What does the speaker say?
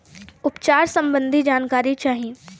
उपचार सबंधी जानकारी चाही?